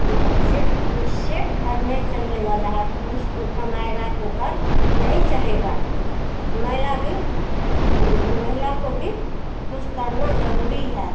वो सिर्फ पुरुष से घर नहीं चलने वाला है पुरुष कमाएगा तो घर नहीं चलेगा महिला भी महिला को भी कुछ करना जरूरी है